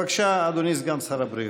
בבקשה, אדוני סגן שר הבריאות.